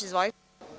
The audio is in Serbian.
Izvolite.